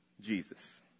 Jesus